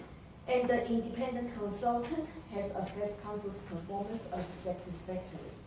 and the independent consultant has assessed council's performance of satisfaction.